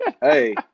Hey